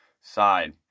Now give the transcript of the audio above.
side